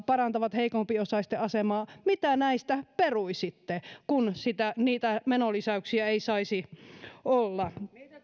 parantavat heikompiosaisten asemaa peruisitte kun niitä menolisäyksiä ei saisi olla